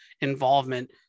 involvement